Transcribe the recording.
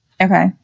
Okay